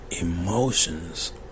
emotions